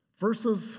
Verses